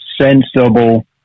sensible